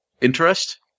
interest